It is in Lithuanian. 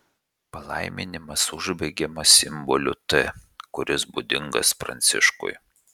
palaiminimas užbaigiamas simboliu t kuris būdingas pranciškui